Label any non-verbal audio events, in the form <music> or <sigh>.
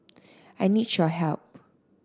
<noise> I need your help